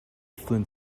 flint